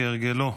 כהרגלו.